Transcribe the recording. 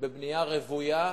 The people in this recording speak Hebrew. בבנייה רוויה,